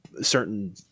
certain